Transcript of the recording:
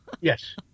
Yes